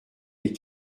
les